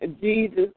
Jesus